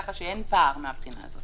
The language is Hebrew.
כך שאין פער מהבחינה הזאת.